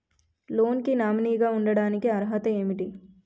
Loan కి nominee గా ఉండటానికి అర్హత ఏమిటి?